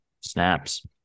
Snaps